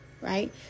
right